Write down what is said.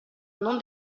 non